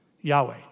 Yahweh